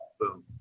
Boom